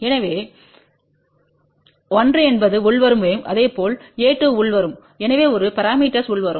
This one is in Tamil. எனவே1என்பது உள்வரும் வேவ் இதேபோல்a2உள்வரும் எனவே ஒரு பரமீட்டர்ஸ் உள்வரும்